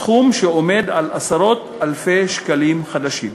סכום שעומד על עשרות אלפי שקלים חדשים.